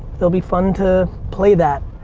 it'll be fun to play that,